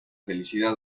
felicidad